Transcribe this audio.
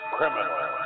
Criminal